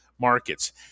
markets